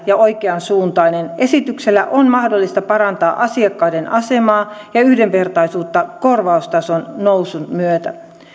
ja oikeansuuntainen esityksellä on mahdollista parantaa asiakkaiden asemaa ja yhdenvertaisuutta korvaustason nousun myötä